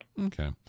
Okay